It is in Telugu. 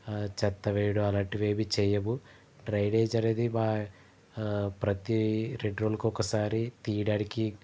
చెత్త వేయడం అలాంటివి ఏమి చేయము డ్రైనేజ్ అనేది మా ప్రతీ రెండు రోజులకొకసారి తీయడానికి